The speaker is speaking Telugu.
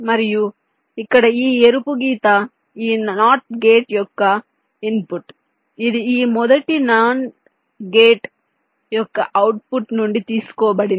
మరియు ఇక్కడ ఈ ఎరుపు గీత ఈ NOT గేట్ యొక్క ఇన్పుట్ ఇది ఈ మొదటి NAND గేట్ యొక్క అవుట్పుట్ నుండి తీసుకోబడింది